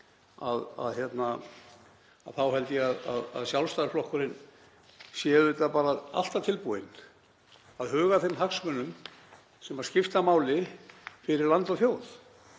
en ég held að Sjálfstæðisflokkurinn sé auðvitað alltaf tilbúinn að huga að þeim hagsmunum sem skipta máli fyrir land og þjóð.